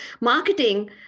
marketing